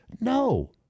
No